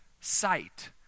sight